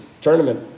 tournament